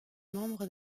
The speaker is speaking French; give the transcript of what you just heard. membre